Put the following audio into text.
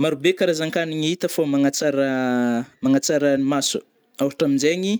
Marobe karazan-kanigny hita fa magnatsara- magnatsara ny maso, ôtra amzegny